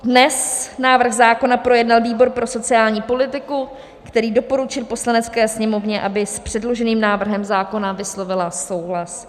Dnes návrh zákona projednal výbor pro sociální politiku, který doporučil Poslanecké sněmovně, aby s předloženým návrhem zákona vyslovila souhlas.